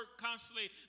constantly